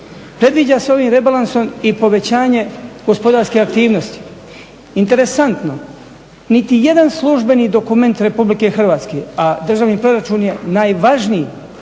Predviđa se ovim rebalansom i povećanje gospodarske aktivnosti, interesantno niti jedan službeni dokument RH, a državni proračun je najvažniji